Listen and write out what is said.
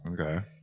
Okay